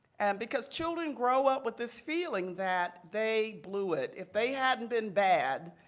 because children grow up with this feeling that they blew it. if they hadn't been bad,